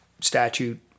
statute